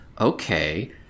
Okay